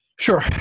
Sure